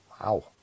Wow